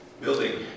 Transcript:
building